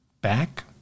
back